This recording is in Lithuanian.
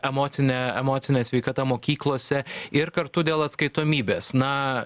emocine emocine sveikata mokyklose ir kartu dėl atskaitomybės na